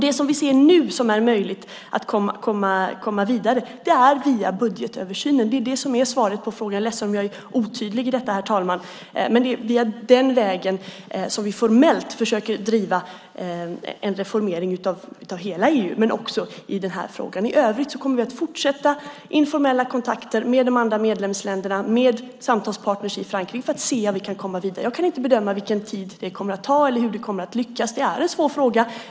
Det som vi ser nu som en möjlighet att komma vidare är via budgetöversynen. Det är det som är svaret på frågan. Jag är ledsen om jag var otydlig i detta, herr talman, men det är den vägen som vi formellt försöker driva en reformering av hela EU men också i den här frågan. I övrigt kommer vi att fortsätta våra informella kontakter med de andra medlemsländerna och med samtalspartner i Frankrike för att se om vi kan komma vidare. Jag kan inte bedöma vilken tid det kommer att ta eller om det kommer att lyckas. Det är en svår fråga.